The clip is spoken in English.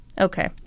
Okay